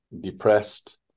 depressed